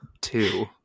Two